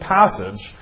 passage